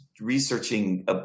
researching